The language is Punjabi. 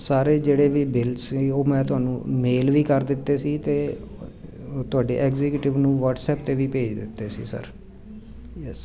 ਸਾਰੇ ਜਿਹੜੇ ਵੀ ਬਿੱਲ ਸੀ ਉਹ ਮੈਂ ਤੁਹਾਨੂੰ ਮੇਲ ਵੀ ਕਰ ਦਿੱਤੇ ਸੀ ਅਤੇ ਤੁਹਾਡੇ ਐਗਜੀਕਿਟਵ ਨੂੰ ਵਟਸਐਪ 'ਤੇ ਵੀ ਭੇਜ ਦਿੱਤੇ ਸੀ ਸਰ ਜੈਸ